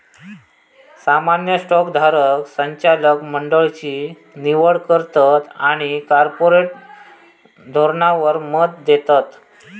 सामान्य स्टॉक धारक संचालक मंडळची निवड करतत आणि कॉर्पोरेट धोरणावर मत देतत